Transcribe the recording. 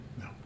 no